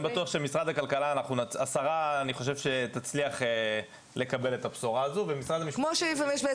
אני בטוח שהשרה במשרד הכלכלה תצליח לקבל את הבשורה זאת ומשרד המשפטים